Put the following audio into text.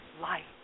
light